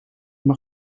mag